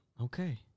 Okay